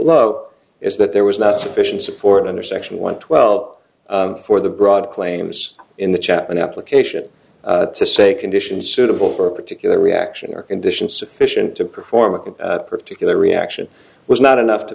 below is that there was not sufficient support under section one twelve for the broad claims in the chaplain application to say conditions suitable for a particular reaction are conditions sufficient to perform a quick particular reaction was not enough to